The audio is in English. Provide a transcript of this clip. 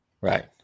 Right